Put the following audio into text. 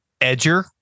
edger